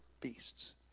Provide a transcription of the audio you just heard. beasts